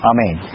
Amen